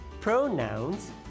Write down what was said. pronouns